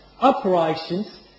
operations